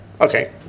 Okay